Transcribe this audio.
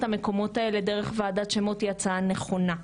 המקומות האלה דרך ועדת שמות היא הצעה נכונה.